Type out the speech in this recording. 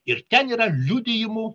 ir ten yra liudijimų